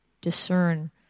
discern